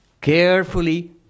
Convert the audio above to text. carefully